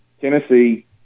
Tennessee